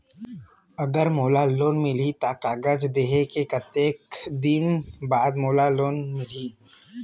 अगर मोला लोन मिलही त कागज देहे के कतेक दिन बाद मोला लोन मिलही?